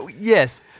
Yes